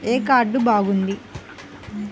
ఏ card బాగుంది?